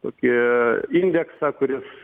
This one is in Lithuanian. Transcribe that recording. tokie indeksą kuris